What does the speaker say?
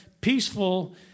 peaceful